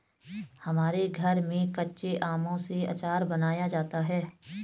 हमारे घर में कच्चे आमों से आचार बनाया जाता है